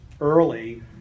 early